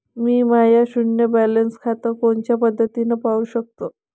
मी माय शुन्य बॅलन्स खातं कोनच्या पद्धतीनं पाहू शकतो?